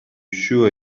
sure